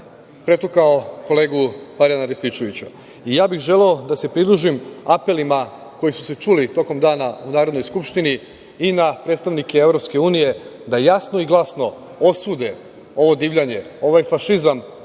pretukao kolegu Marijana Rističevića. Želeo bih da se pridružim apelima koji su se čuli tokom dana u Narodnoj skupštini i na predstavnike EU da jasno i glasno osude ovo divljanje, ovaj fašizam